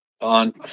on